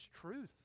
truth